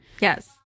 Yes